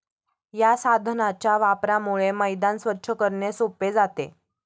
या साधनाच्या वापरामुळे मैदान स्वच्छ करणे सोपे जाते